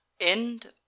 End